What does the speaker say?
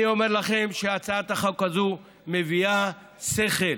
אני אומר לכם שהצעת החוק הזו מביאה שכל,